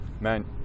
man